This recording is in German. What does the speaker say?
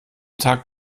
tagt